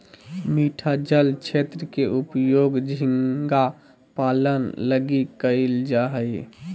मीठा जल क्षेत्र के उपयोग झींगा पालन लगी कइल जा हइ